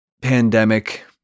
pandemic